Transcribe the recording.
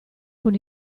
con